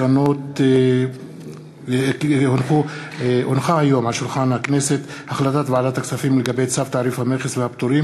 2014. החלטת ועדת הכספים לגבי צו תעריף המכס והפטורים